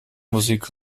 musik